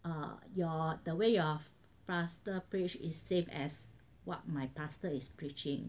err your the way your pastor preached is same as what my pastor is preaching